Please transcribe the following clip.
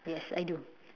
yes I do